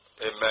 Amen